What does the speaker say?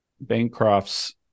Bancroft's